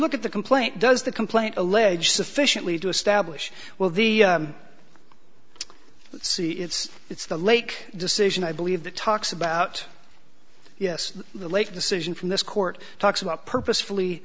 look at the complaint does the complaint allege sufficiently to establish well the sea it's it's the lake decision i believe that talks about yes the late decision from this court talks about purposefully